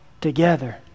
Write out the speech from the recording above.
together